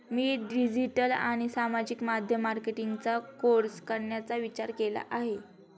मी digital आणि सामाजिक माध्यम मार्केटिंगचा कोर्स करण्याचा विचार केला आहे